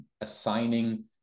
assigning